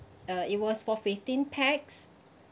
uh it was for fifteen pax